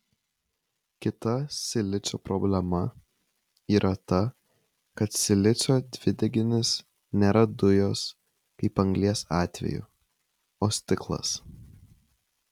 kita silicio problema yra ta kad silicio dvideginis nėra dujos kaip anglies atveju o stiklas